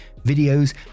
videos